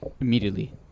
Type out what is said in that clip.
immediately